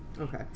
Okay